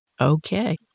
Okay